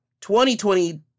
2020